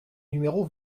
numéro